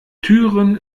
türen